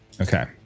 Okay